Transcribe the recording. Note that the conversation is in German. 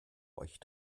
euch